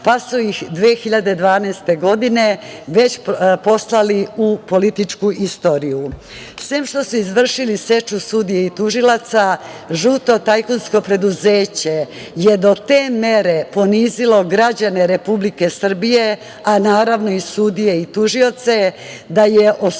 pa su ih 2012. godine već poslali u političku istoriju. Sem što su izvršili seču sudija i tužilaca, žuto tajkunsku preduzeće je do te mere ponizilo građane Republike Srbije, a naravno i sudije i tužioce, da je od